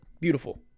beautiful